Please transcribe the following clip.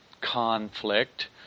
conflict